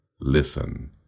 listen